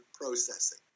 processing